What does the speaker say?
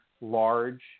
large